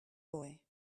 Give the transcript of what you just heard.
boy